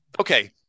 Okay